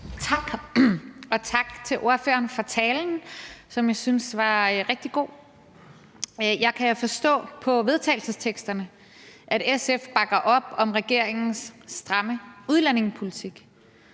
Tak, og tak til ordføreren for talen, som jeg synes var rigtig god. Jeg kan forstå på vedtagelsesteksterne, at SF bakker op om regeringens stramme udlændingepolitik.